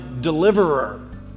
deliverer